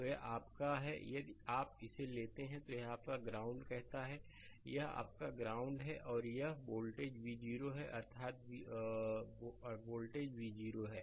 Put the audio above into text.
तो यह आपका है यदि आप इसे लेते हैं तो यह आपका ग्राउंड कहता है यह आपका ग्राउंड है और यह वोल्टेज V0 है अर्थात यह वोल्टेज V0 है